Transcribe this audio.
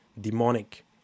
demonic